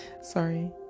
sorry